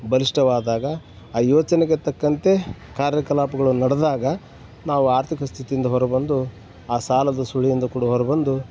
ಬಲಿಷ್ಟವಾದಾಗ ಆ ಯೋಚನೆಗೆ ತಕ್ಕಂತೆ ಕಾರ್ಯಕಲಾಪಗಳು ನಡೆದಾಗ ನಾವು ಆರ್ಥಿಕ ಸ್ಥಿತಿಯಿಂದ ಹೊರ ಬಂದು ಆ ಸಾಲದ ಸುಳಿಯಿಂದ ಕೂಡ ಹೊರ ಬಂದು